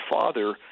father